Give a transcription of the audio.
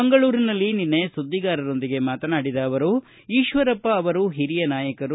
ಮಂಗಳೂರಿನಲ್ಲಿ ನಿನ್ನೆ ಸುದ್ದಿಗಾರರೊಂದಿಗೆ ಮಾತನಾಡಿದ ಅವರು ಈಶ್ವರಪ್ಪ ಅವರು ಹಿರಿಯ ನಾಯಕರು